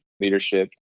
leadership